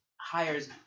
hires